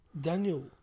Daniel